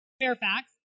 Fairfax